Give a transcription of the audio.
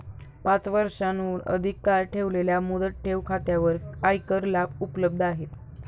पाच वर्षांहून अधिक काळ ठेवलेल्या मुदत ठेव खात्यांवर आयकर लाभ उपलब्ध आहेत